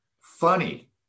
Funny